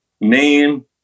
name